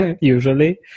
usually